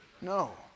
no